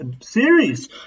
series